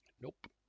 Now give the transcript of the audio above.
Nope